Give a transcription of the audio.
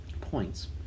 points